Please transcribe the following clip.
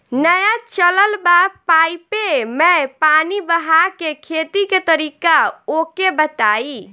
नया चलल बा पाईपे मै पानी बहाके खेती के तरीका ओके बताई?